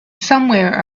somewhere